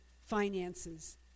finances